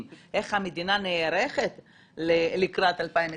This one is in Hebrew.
איך המדינה נערכת לקראת 2030-2025,